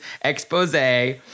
expose